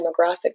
demographic